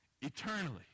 Eternally